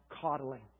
coddling